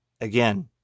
Again